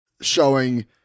showing